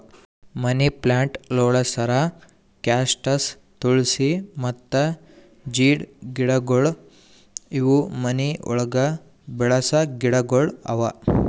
ಮನಿ plant, ಲೋಳೆಸರ, cactus, tulsi ಮತ್ತ ಜೀಡ್ ಗಿಡಗೊಳ್ ಇವು ಮನಿ ಒಳಗ್ ಬೆಳಸ ಗಿಡಗೊಳ್ ಅವಾ